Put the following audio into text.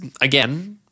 again